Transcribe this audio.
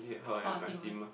oh Timothy